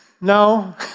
no